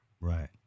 right